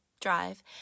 drive